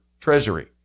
treasury